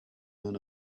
earn